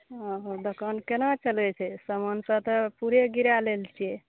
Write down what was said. ओ दोकान केना चलय छै सामानसँ तऽ पूरे गिरा लेल छियै